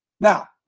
Now